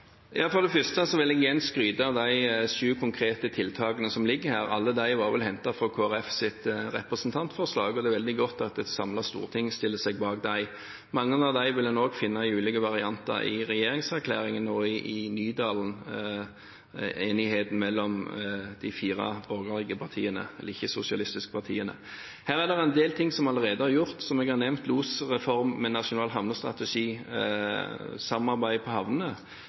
For det første vil jeg igjen skryte av de sju konkrete tiltakene som ligger her. Alle var vel hentet fra Kristelig Folkepartis representantforslag, og det er veldig godt at et samlet storting stiller seg bak dem. Mange av dem vil en også finne i ulike varianter i regjeringserklæringen og i Nydalen-enigheten mellom de fire ikke-sosialistiske partiene. Her er det en del ting som allerede er gjort, som jeg har nevnt – losreform, nasjonal havnestrategi, samarbeid på havnene.